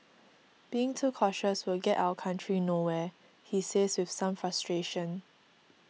being too cautious will get our country nowhere he says with some frustration